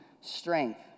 strength